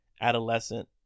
adolescent